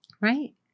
right